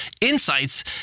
insights